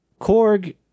Korg